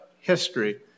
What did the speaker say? history